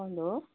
hello